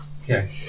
Okay